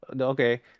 okay